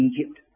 Egypt